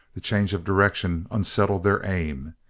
the change of direction unsettled their aim.